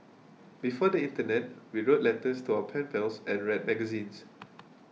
before the internet we wrote letters to our pen pals and read magazines